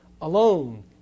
alone